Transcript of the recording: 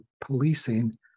policing